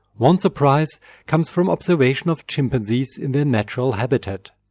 one surprise comes from observation of chimpanzees in their natural habitat.